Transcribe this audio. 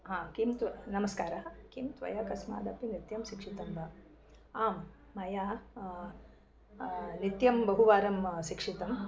किं तु नमस्कारः किं त्वया कस्मादपि नृत्यं शिक्षितं वा आम् मया नृत्यं बहुवारं शिक्षितम्